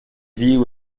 view